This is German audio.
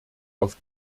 auf